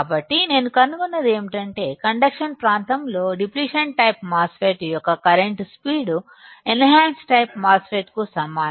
కాబట్టి నేను కనుగొన్నది ఏమిటంటే కండెక్షన్ప్రాంతంలో డిప్లిషన్ టైపు మాస్ ఫెట్ యొక్క current speed enhancement type MOSFET కు సమానం